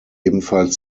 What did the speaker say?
ebenfalls